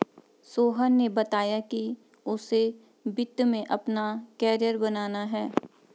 सोहन ने बताया कि उसे वित्त में अपना कैरियर बनाना है